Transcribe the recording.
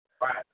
Right